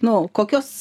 nu kokios